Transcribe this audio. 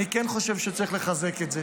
היא לדחות את הצעתך.